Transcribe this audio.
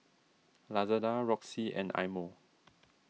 Lazada Roxy and Eye Mo